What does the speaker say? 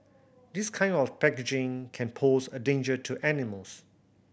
this kind of packaging can pose a danger to animals